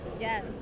Yes